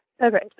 Okay